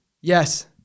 Yes